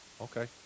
Okay